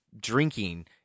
drinking